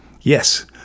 Yes